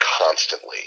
constantly